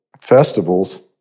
festivals